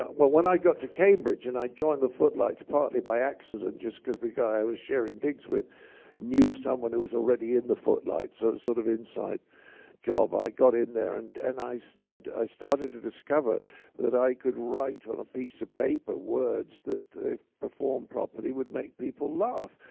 when i got to cambridge and i joined the footlights, partly by accident, just because the guy i was sharing digs with knew someone who was already in the footlights. so it was a sort of inside job. i got in there and and i so i started to discover that i could write on a piece of paper, words, that if performed properly, would make people laugh.